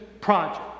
project